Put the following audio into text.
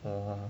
oo